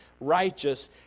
righteous